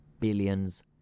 billions